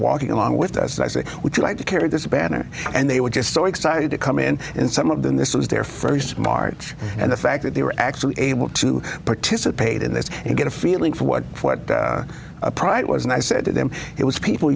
walking along with us and i said would you like to carry this banner and they were just so excited to come in and some of them this was their st march and the fact that they were actually able to participate in this and get a feeling for what what a pride was and i said to them it was people